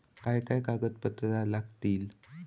काय काय कागदपत्रा लागतील?